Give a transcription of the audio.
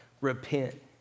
Repent